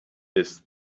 this